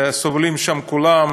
סובלים שם כולם,